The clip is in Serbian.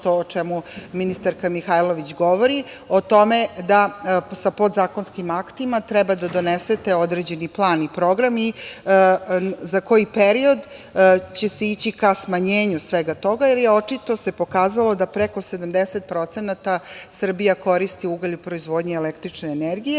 ono o čemu ministarka Mihajlović govori o tome da sa podzakonskim aktima treba da donesete određeni plan i program i za koji period će se ići ka smanjenju svega toga, jer se očito pokazalo da preko 70% Srbija koristi ugalj u proizvodnji električne energije.